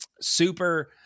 Super